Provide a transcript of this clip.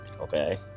okay